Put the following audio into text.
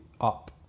up